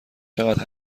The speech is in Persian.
چقدر